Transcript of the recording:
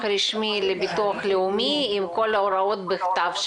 רשמי לביטוח לאומי עם כל ההוראות בכתב,